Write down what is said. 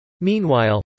Meanwhile